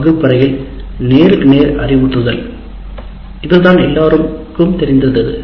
வகுப்பறையில் நேருக்கு நேர் அறிவுறுத்தல் இதுதான் எல்லா மக்களுக்கும் தெரிந்திருக்கும்